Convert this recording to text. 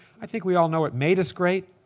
i think we all know what made us great.